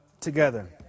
together